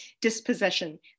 dispossession